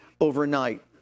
overnight